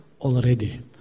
already